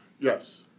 Yes